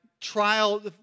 trial